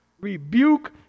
rebuke